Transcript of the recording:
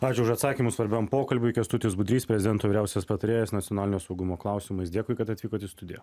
ačiū už atsakymus svarbiam pokalbiui kęstutis budrys prezidento vyriausias patarėjas nacionalinio saugumo klausimais dėkui kad atvykot į studiją